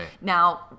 Now